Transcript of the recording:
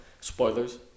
spoilers